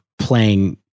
playing